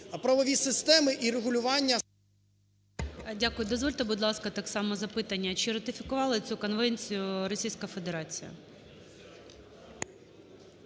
Дякую. Дозвольте, будь ласка, так само запитання. Чи ратифікувала цю конвенцію Російська Федерація?